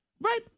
Right